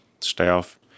staff